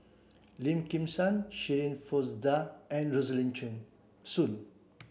Lim Kim San Shirin Fozdar and Rosaline Soon